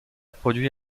produit